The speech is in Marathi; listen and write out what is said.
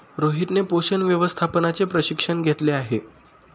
रोहितने पोषण व्यवस्थापनाचे प्रशिक्षण घेतले आहे